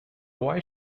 why